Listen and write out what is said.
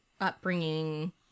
upbringing